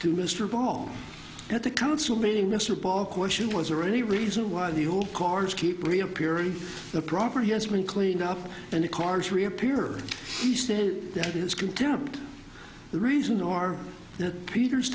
to mr paul at the council meeting mr ball question was there any reason why the old cars keep reappearing the property has been cleaned up and the cars reappear he said that is contempt the reason are